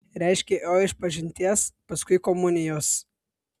reiškia ėjo išpažinties paskui komunijos